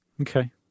Okay